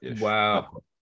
wow